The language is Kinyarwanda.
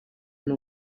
n’u